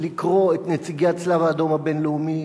לקרוא את נציגי הצלב-האדום הבין-לאומי